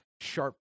sharp